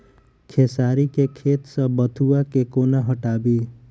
खेसारी केँ खेत सऽ बथुआ केँ कोना हटाबी